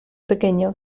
pequeño